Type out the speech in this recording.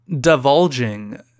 divulging